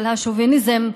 של השוביניזם,